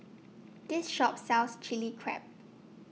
This Shop sells Chili Crab